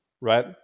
right